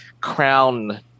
crown